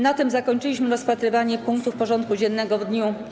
Na tym zakończyliśmy rozpatrywanie punktów porządku dziennego w dniu dzisiejszym.